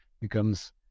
becomes